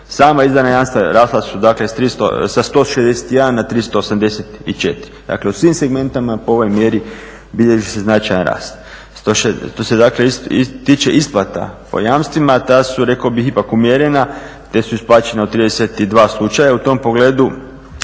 Sama izdana jamstva rasla su, dakle sa 161 na 384. Dakle, u svim segmentima po ovoj mjeri bilježi se značajan rast. Što se dakle tiče isplata po jamstvima ta su rekao bih ipak umjerena, te su isplaćena u 32 slučaja. U tom pogledu